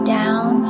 down